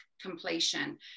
completion